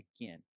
again